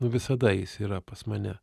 nu visada jis yra pas mane